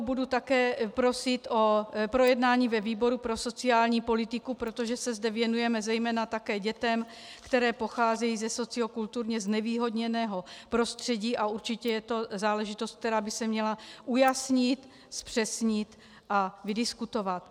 Budu také prosit o projednání ve výboru pro sociální politiku, protože se zde věnujeme zejména také dětem, které pocházejí ze sociokulturně znevýhodněného prostředí, a určitě je to záležitost, která by se měla ujasnit, zpřesnit a vydiskutovat.